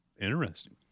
Interesting